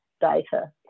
data